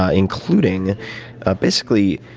ah including ah basically